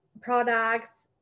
products